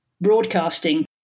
broadcasting